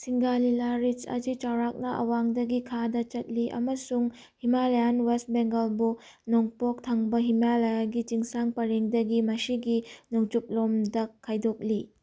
Singalila ridge ꯑꯁꯤ ꯆꯥꯎꯔꯥꯛꯅ ꯑꯋꯥꯡꯗꯒꯤ ꯈꯥꯗ ꯆꯠꯂꯤ ꯑꯃꯁꯨꯡ ꯍꯤꯃꯥꯂꯦꯌꯥꯟ ꯋꯦꯁ ꯕꯦꯡꯒꯜꯕꯨ ꯅꯣꯡꯄꯣꯛ ꯊꯪꯕ ꯍꯤꯃꯥꯂꯌꯥꯒꯤ ꯆꯤꯡꯁꯥꯡ ꯄꯔꯦꯡꯗꯒꯤ ꯃꯁꯤꯒꯤ ꯅꯣꯡꯆꯨꯞ ꯂꯣꯝꯗ ꯈꯥꯏꯗꯣꯛꯂꯤ